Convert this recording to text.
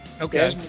Okay